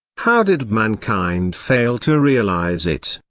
how did mankind fail to realize it?